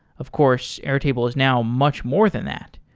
of course, airtable is now much more than that.